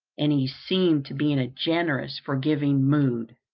and he seemed to be in a generous, forgiving mood.